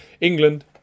England